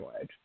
age